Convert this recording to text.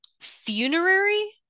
funerary